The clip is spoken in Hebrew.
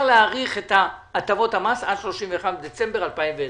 להאריך את הטבות המס עד ה-31 בדצמבר 2020,